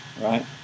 right